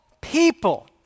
people